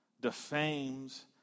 defames